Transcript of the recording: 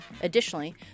Additionally